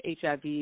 hiv